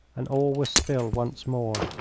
and all was still once more.